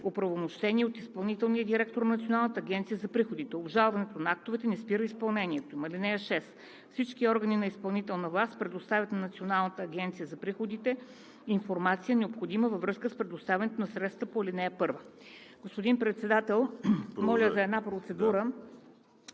оправомощени от изпълнителния директор на Националната агенция за приходите. Обжалването на актовете не спира изпълнението им. (6) Всички органи на изпълнителната власт предоставят на Националната агенция за приходите информацията, необходима във връзка с предоставянето на средствата по ал. 1.“ Господин Председател, моля за една процедура.